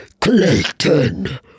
clayton